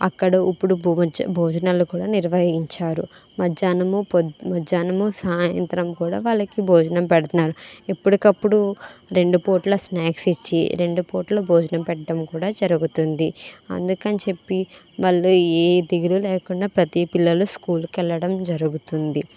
అక్కడ ఇప్పుడు బొంజ భోజనాలు కూడా నిర్వహించారు మధ్యాహ్నం పొ మధ్యాహ్నం సాయంత్రం కూడా వాళ్ళకి భోజనం పెడుతున్నారు ఎప్పటికప్పుడు రెండు పూటల స్నాక్స్ ఇచ్చి రెండు పూటలు భోజనం పెట్టడం కూడా జరుగుతుంది అందుకని చెప్పి వాళ్ళు ఏ దిగులు లేకుండా ప్రతి పిల్లలు స్కూల్ కి వెళ్ళడం జరుగుతుంది